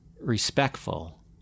respectful